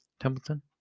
Templeton